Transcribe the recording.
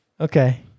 Okay